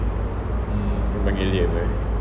belum lagi early bro